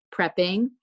prepping